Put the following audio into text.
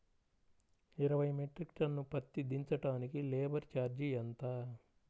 ఇరవై metric ton పత్తి దించటానికి లేబర్ ఛార్జీ ఎంత?